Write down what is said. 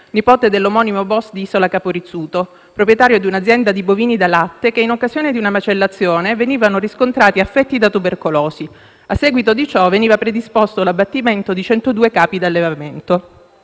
nipote dell'omonimo *boss* di Isola Capo Rizzuto, proprietario di un'azienda di bovini da latte che, in occasione di una macellazione, venivano riscontrati affetti da tubercolosi. A seguito di ciò veniva predisposto l'abbattimento di 102 capi d'allevamento.